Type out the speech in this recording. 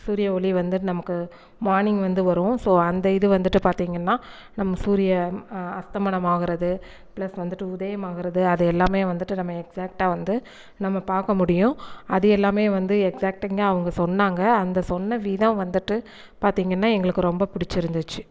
சூரிய ஒளி வந்து நமக்கு மார்னிங் வந்து வரும் ஸோ அந்த இது வந்துட்டு பார்த்திங்கன்னா நம்ம சூரியன் அஸ்தமனம் ஆகுறது ப்ளஸ் வந்துட்டு உதயம் ஆகுறது அது எல்லாமே வந்துட்டு நம்ம எக்ஸாக்ட்டாக வந்து நம்ம பார்க்க முடியும் அது எல்லாமே வந்து எக்ஸாக்ட்டிங்காக அவங்க சொன்னாங்கள் அந்த சொன்ன விதம் வந்துட்டு பார்த்திங்கன்னா எங்களுக்கு ரொம்ப பிடிச்சிருந்துச்சி